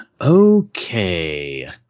Okay